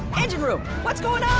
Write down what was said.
engine room, what's going